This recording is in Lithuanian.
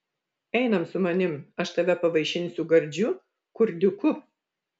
einam su manim aš tave pavaišinsiu gardžiu kurdiuku